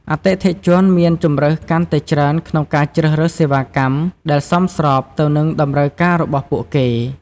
អតិថិជនមានជម្រើសកាន់តែច្រើនក្នុងការជ្រើសរើសសេវាកម្មដែលសមស្របទៅនឹងតម្រូវការរបស់ពួកគេ។